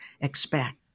expect